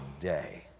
day